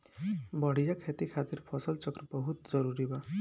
बढ़िया खेती खातिर फसल चक्र बहुत जरुरी बा